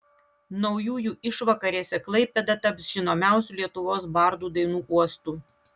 naujųjų išvakarėse klaipėda taps žinomiausių lietuvos bardų dainų uostu